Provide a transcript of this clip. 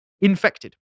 Infected